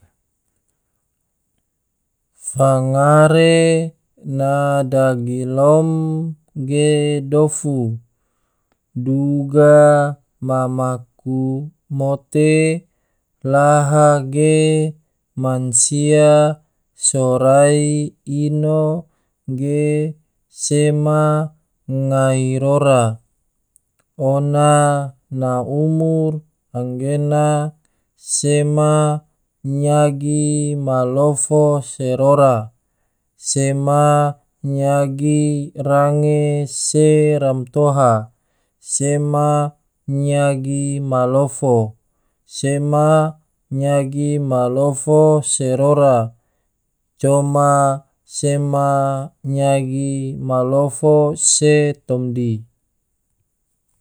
Fangare na dagilom ge dofu, duga ma maku mote laha ge mansia sorai ino ge sema ngairora ona na umur anggena sema, nyagi malofo se rora, sema nyagi range se romtoha, sema nyagi malofo, sema nyagi malofo se rora, coma sema nyagi malofo se tomdi.